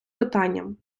питанням